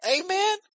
Amen